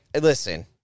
listen